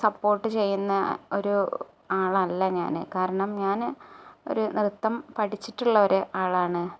support ചെയ്യുന്ന ഒരു ആളല്ല ഞാൻ കാരണം ഞാൻ ഒരു നൃത്തം പഠിച്ചിട്ടുള്ള ഒരു ആളാണ്